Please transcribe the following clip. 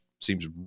seems